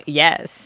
yes